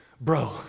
bro